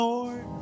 Lord